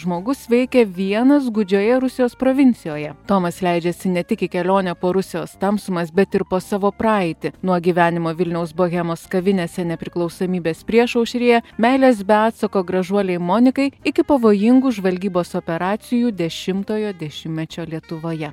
žmogus veikė vienas gūdžioje rusijos provincijoje tomas leidžiasi ne tik į kelionę po rusijos tamsumas bet ir po savo praeitį nuo gyvenimo vilniaus bohemos kavinėse nepriklausomybės priešaušryje meilės be atsako gražuolei monikai iki pavojingų žvalgybos operacijų dešimtojo dešimtmečio lietuvoje